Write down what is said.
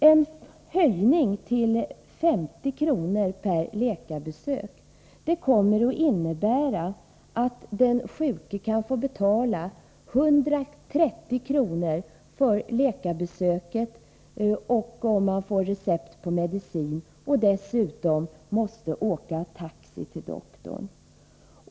En höjning till 50 kr. per läkarbesök kommer att innebära att den sjuke kan få betala 130 kr. för läkarbesöket, om man får recept på medicin och dessutom måste åka taxi till doktorn.